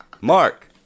Mark